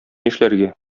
нишләргә